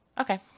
Okay